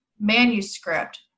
manuscript